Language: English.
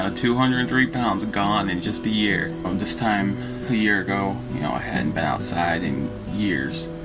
ah two hundred and three pounds gone, in just a year. and this time a year ago, you know, i hadn't been outside in years.